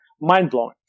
Mind-blowing